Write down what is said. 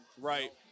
Right